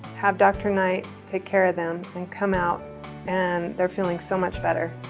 have dr. knight take care of them and come out and they're feeling so much better.